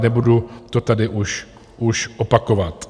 Nebudu to tady už opakovat.